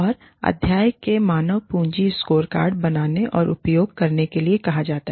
और अध्याय को मानव पूँजी स्कोरकार्ड बनाने और उपयोग करने के लिए कहा जाता है